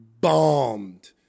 bombed